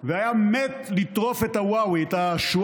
והוא היה מת לטרוף (אומר